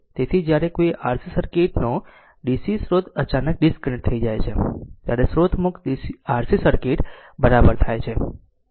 તેથી જ્યારે કોઈ RC સર્કિટ નો DC સ્રોત અચાનક ડિસ્કનેક્ટ થઈ જાય છે ત્યારે સ્રોત મુક્ત RC સર્કિટ બરાબર થાય છે